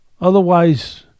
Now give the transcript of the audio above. Otherwise